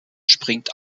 springt